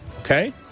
Okay